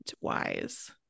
wise